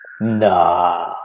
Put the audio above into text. Nah